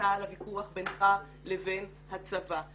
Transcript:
שנכנסה לוויכוח בינך לבין הצבא.